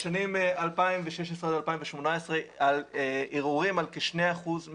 בשנים 2018-2016, הוגשו ערעורים על כשני אחוזים